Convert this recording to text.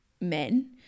men